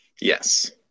Yes